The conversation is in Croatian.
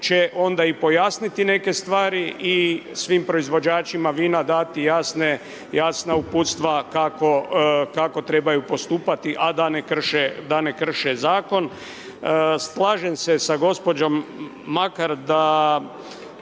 će onda i pojasniti neke stvari i svim proizvođačima vina dati jasna uputstva kako trebaju postupati a da ne krše zakon. Slažem se sa gospođom Makar,